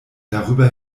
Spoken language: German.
darüber